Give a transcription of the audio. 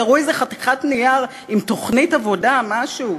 תראו איזו חתיכת נייר עם תוכנית עבודה, משהו.